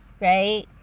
right